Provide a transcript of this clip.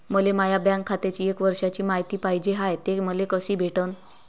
मले माया बँक खात्याची एक वर्षाची मायती पाहिजे हाय, ते मले कसी भेटनं?